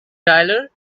tyler